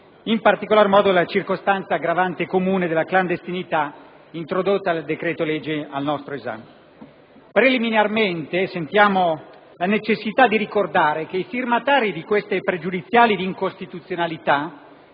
in particolar modo, della circostanza aggravante comune della clandestinità introdotta dal decreto-legge al nostro esame. Preliminarmente, sentiamo la necessità di ricordare che i firmatari di queste pregiudiziali di incostituzionalità